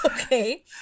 okay